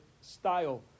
style